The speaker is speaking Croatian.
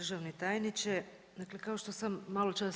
državni tajniče. Kao što sam rekla